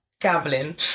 gambling